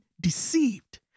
deceived